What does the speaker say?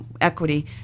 equity